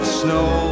snow